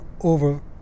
over